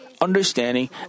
understanding